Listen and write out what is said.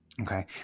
Okay